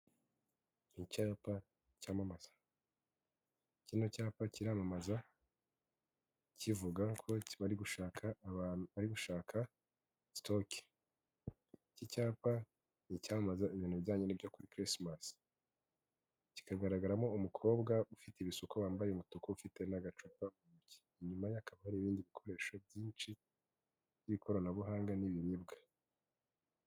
Icyapa cyamamaza kino cyapa kiramamaza kivuga ko kiba gushaka abantu ari gushaka stock ikii cyapa ni icyamamaza ibintu binjyanye no kuri chrismas kikagaragaramo umukobwa ufite ibisuko wambaye umutuku ufite n' agacupa inyuma haakaba hari'ibindi bikoresho byinshi by'ikoranabuhanga n'ibiribwa.